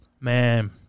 man